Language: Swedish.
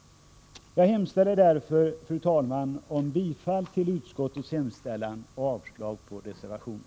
Jag hemställer därför, fru talman, om bifall till utskottets hemställan och avslag på reservationen.